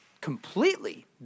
completely